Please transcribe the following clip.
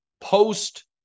post